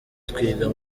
twiga